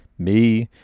me,